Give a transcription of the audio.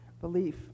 belief